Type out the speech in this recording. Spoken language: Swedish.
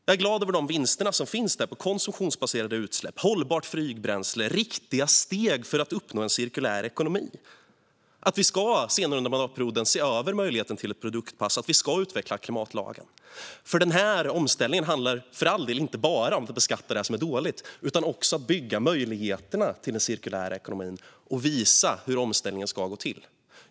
Jag är glad över de vinster som finns där på konsumtionsbaserade utsläpp och hållbart flygbränsle. Det är riktiga steg för att uppnå en cirkulär ekonomi. Vi ska senare under mandatperioden se över möjligheten till ett produktpass och utveckla klimatlagen. Den här omställningen handlar för all del inte bara att beskatta det som är dåligt utan också om att bygga möjligheterna till den cirkulära ekonomin och visa hur omställningen ska gå till.